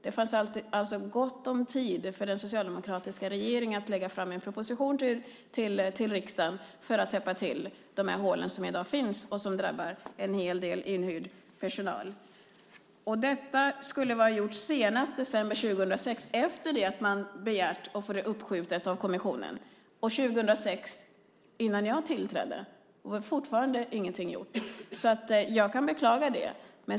Det fanns alltså gott om tid för den socialdemokratiska regeringen att lägga fram en proposition till riksdagen för att täppa till de hål som finns och som drabbar en hel del inhyrd personal. Det skulle ha varit gjort senast december 2006, efter det att man begärt att få frågan uppskjuten av kommissionen. När jag tillträdde 2006 hade fortfarande ingenting gjorts. Jag beklagar det.